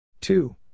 Two